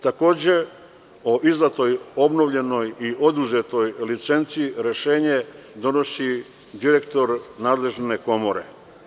Takođe, o izdatoj, obnovljenoj i oduzetoj licenci rešenje donosi direktor nadležne komore.